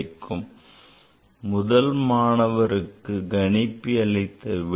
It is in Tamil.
இது முதல் மாணவருக்கு கணிப்பி அளித்த விடை